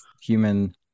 human